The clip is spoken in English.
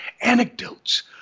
anecdotes